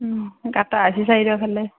গাতা হৈছি ছাইডৰ ফেলে